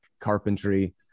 carpentry